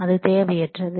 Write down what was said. அது தேவையற்றது